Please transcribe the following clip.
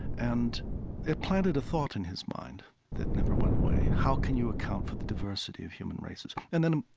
and it planted a thought in his mind that never went away how can you account for the diversity of human races? and then,